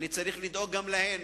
אני צריך לדאוג גם להן,